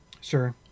Sure